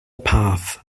path